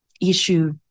issue